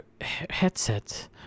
headset